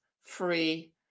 free